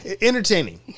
Entertaining